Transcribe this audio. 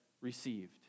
received